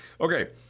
Okay